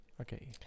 okay